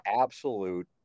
absolute